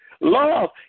Love